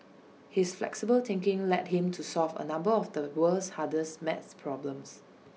his flexible thinking led him to solve A number of the world's hardest math problems